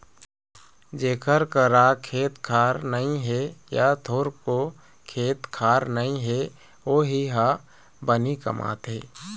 जेखर करा खेत खार जादा नइ हे य थोरको खेत खार नइ हे वोही ह बनी कमाथे